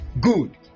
good